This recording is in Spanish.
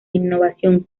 innovación